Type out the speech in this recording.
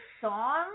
song